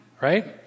Right